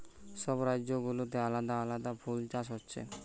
সব রাজ্য গুলাতে আলাদা আলাদা ফুল চাষ হচ্ছে